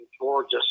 gorgeous